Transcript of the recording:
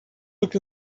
look